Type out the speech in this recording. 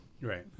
Right